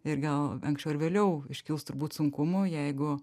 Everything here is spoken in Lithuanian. ir gal anksčiau ar vėliau iškils turbūt sunkumų jeigu